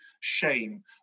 shame